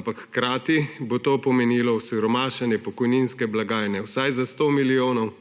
ampak hkrati bo to pomenilo osiromašenje pokojninske blagajne vsaj za 100 milijonov